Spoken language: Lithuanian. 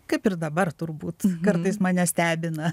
kaip ir dabar turbūt kartais mane stebina